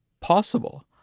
possible